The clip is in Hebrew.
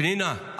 פנינה,